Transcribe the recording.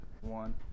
one